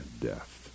death